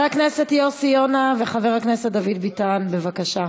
חבר הכנסת יוסי יונה וחבר הכנסת דוד ביטן, בבקשה.